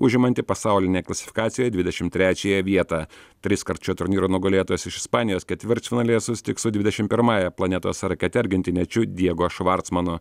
užimantį pasaulinėj klasifikacijoj ddvidešimt trečiąją vietą triskart šio turnyro nugalėtojas iš ispanijos ketvirtfinalyje susitiks su dvidešimt pirmąja planetos rakete argentiniečiu diego švartsmanu